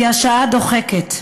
כי השעה דוחקת.